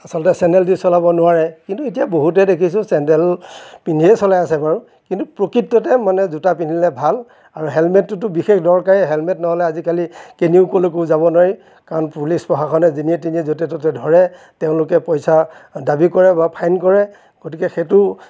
আচলতে চেন্দেল দি চলাব নোৱাৰে কিন্তু এতিয়া বহুতে দেখিছো চেন্দেল পিন্ধিয়ে চলাই আছে বাৰু কিন্তু প্ৰকৃততে মানে জোতা পিন্ধিলে ভাল আৰু হেলমেটটোতো বিশেষ দৰকাৰে হেলমেট নহ'লে আজিকালি কেনিও কলৈকো যাব নোৱাৰি কাৰণ পুলিচ প্ৰশাসনে যেনিয়ে তেনিয়ে য'তে ত'তে ধৰে তেওঁলোকে পইচা দাবী কৰে বা ফাইন কৰে গতিকে সেইটো